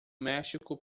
méxico